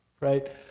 right